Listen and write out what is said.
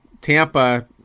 Tampa –